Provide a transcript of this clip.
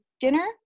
dinner